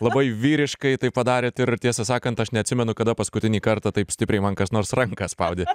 labai vyriškai tai padarėt ir tiesą sakant aš neatsimenu kada paskutinį kartą taip stipriai man kas nors ranką spaudė